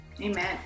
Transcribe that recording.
Amen